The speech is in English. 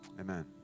Amen